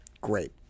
Great